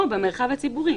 או במרחב הציבורי.